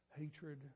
hatred